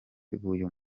b’uyu